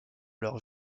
leur